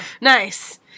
Nice